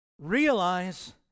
Realize